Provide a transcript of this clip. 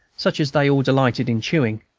such as they all delighted in chewing.